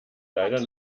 leider